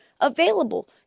available